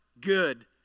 good